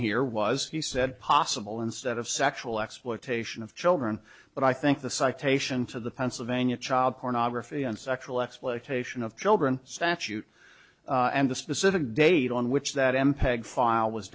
here was he said possible instead of sexual exploitation of children but i think the citation to the pennsylvania child pornography and sexual exploitation of children statute and the specific date on which that mpeg file was